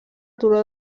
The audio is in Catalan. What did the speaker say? turó